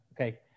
Okay